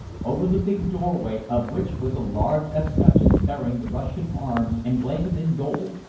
over the big doorway of which was a large escutcheon bearing the russian arms emblazoned in gold,